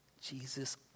Jesus